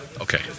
Okay